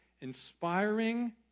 inspiring